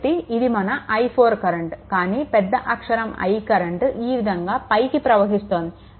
కాబట్టి ఇది మన i4 కరెంట్ కానీ పెద్ద అక్షరం I కరెంట్ ఈ విధంగా పైకి ప్రవహిస్తోంది